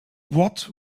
what